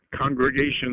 congregations